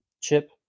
chip